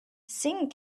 singing